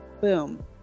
boom